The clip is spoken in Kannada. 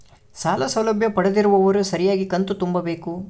ಸಾಲ ಸೌಲಭ್ಯ ಪಡೆದಿರುವವರು ಸರಿಯಾಗಿ ಕಂತು ತುಂಬಬೇಕು?